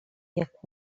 jak